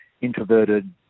introverted